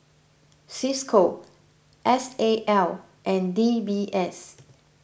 Cisco S A L and D B S